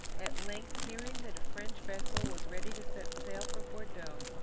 at length hearing that a french vessel was ready to set sail for bordeaux,